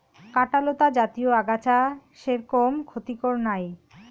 কাঁটালতা জাতীয় আগাছা সেরকম ক্ষতিকর নাই